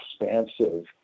expansive